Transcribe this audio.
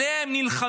עליה הם נלחמים,